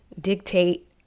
dictate